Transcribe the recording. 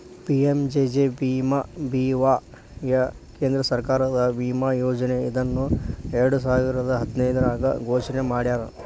PMJJBY ಕೇಂದ್ರ ಸರ್ಕಾರದ ವಿಮಾ ಯೋಜನೆ ಇದನ್ನ ಎರಡುಸಾವಿರದ್ ಹದಿನೈದ್ರಾಗ್ ಘೋಷಣೆ ಮಾಡ್ಯಾರ